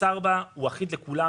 0.4 הוא אחיד לכולם,